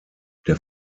der